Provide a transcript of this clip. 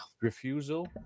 refusal